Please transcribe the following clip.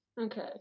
Okay